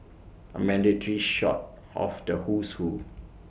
A mandatory shot of the Who's Who